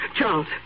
Charles